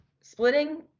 Splitting